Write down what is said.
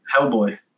Hellboy